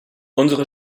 unsere